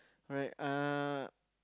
right uh